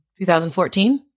2014